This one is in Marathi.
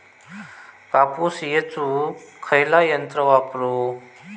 कापूस येचुक खयला यंत्र वापरू?